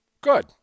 Good